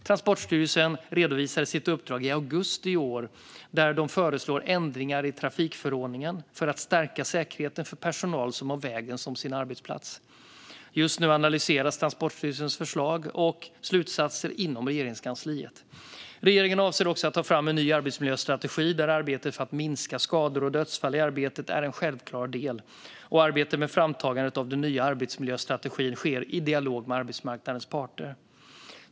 Transportstyrelsen redovisade sitt uppdrag i augusti i år. De föreslår ändringar i trafikförordningen för att stärka säkerheten för personal som har vägen som sin arbetsplats. Just nu analyseras Transportstyrelsens förslag och slutsatser inom Regeringskansliet. Regeringen avser också att ta fram en ny arbetsmiljöstrategi där arbetet för att minska skador och dödsfall i arbetet är en självklar del. Arbetet med framtagandet av den nya arbetsmiljöstrategin sker i dialog med arbetsmarknadens parter.